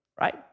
right